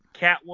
Catwoman